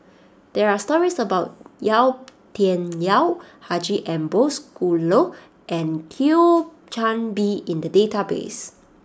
there are stories about Yau Tian Yau Haji Ambo Sooloh and Thio Chan Bee in the database